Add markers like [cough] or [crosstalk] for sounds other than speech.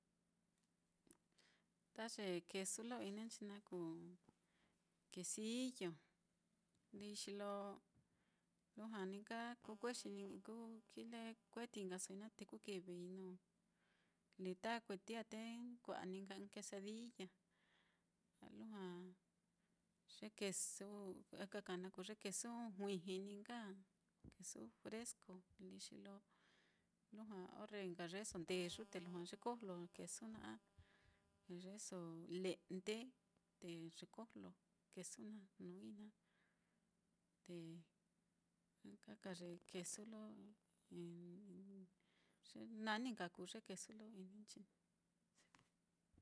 Ta ye quesu lo ininchi naá kuu, quesillo líi xi lo lujua ní nka kuu kuexii ku kile kueti nkasoi naá, te kukivii nuu lita kueti á, te ni kua'a ní nka ɨ́ɨ́n quesadilla, a lujua ye quesu ɨka ka naá kuu ye quesu juiji ní nka á, quesu fresco líi xi lo lujua orre nka yeeso ndeyu, te lujua yekojlo quesu naá a yeeso le'nde te yekojlo quesu naá nuui naá, te ɨka ka ye quesu lo [hesitation] ye nani nka kuu ye quesu lo ini nchi naá.